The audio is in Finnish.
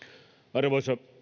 arvoisa